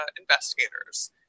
investigators